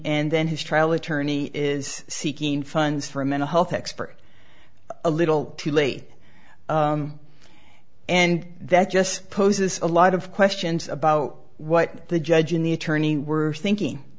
and then his trial attorney is seeking funds for a mental health expert a little too late and that just poses a lot of questions about what the judge and the attorney were thinking